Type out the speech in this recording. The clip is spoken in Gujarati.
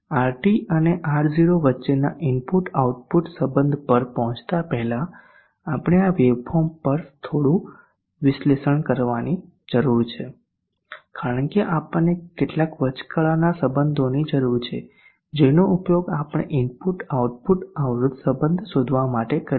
RT અને R0 વચ્ચેના ઇનપુટ આઉટપુટ સંબધ પર પહોંચતા પહેલા આપણે આ વેવફોર્મ્સ પર થોડું વિશ્લેષણ કરવાની જરૂર છે કારણ કે આપણને કેટલાક વચગાળાના સંબંધોની જરૂર છે જેનો ઉપયોગ આપણે ઇનપુટ આઉટપુટ અવરોધ સંબધ શોધવા માટે કરીશું